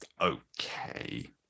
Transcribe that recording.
okay